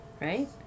Right